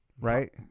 right